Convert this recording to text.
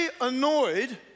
annoyed